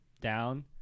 down